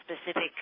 specific